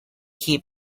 keep